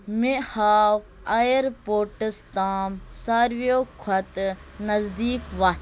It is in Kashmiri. مے ہاو آیَرپوٹَس تام ساروِیو کھۄتہٕ نزدیٖک وَتھ